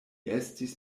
estis